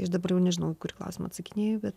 aš dabar jau nežinau į kurį klausimą atsakinėju bet